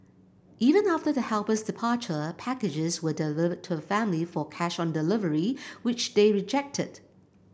even after the helper's departure packages were delivered to the family for cash on delivery which they rejected